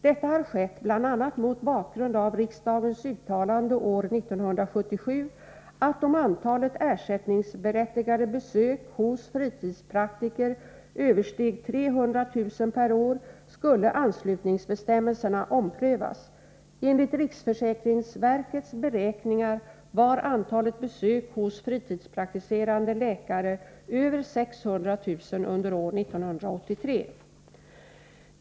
Detta har skett bl.a. mot bakgrund av riksdagens uttalande år 1977, att om antalet ersättningsberättigade besök hos fritidspraktiker översteg 300 000 per år skulle anslutningsbestämmelserna omprövas. Enligt riksförsäkringsverkets beräkningar var antalet besök hos fritidspraktiserande läkare över 600 000 under år 1983.